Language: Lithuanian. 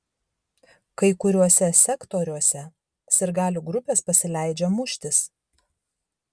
kai kuriuose sektoriuose sirgalių grupės pasileidžia muštis